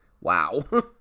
Wow